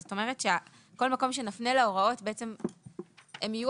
זאת אומרת שכל מקום שנפנה להוראות הן יהיו